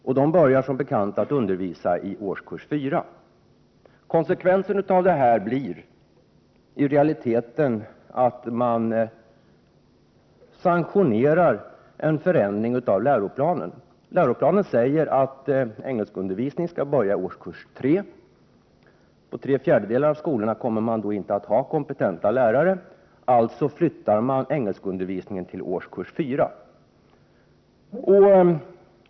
Och dessa börjar som bekant att undervisa i årskurs 4. Konsekvensen av detta blir att man i realiteten sanktionerar en förändring av läroplanen. Läroplanen säger att engelskundervisning skall börja i årskurs 3. På tre fjärdedelar av skolorna kommer man nu inte att ha kompetenta lärare. Alltså flyttar man engelskundervisningen till årskurs 4.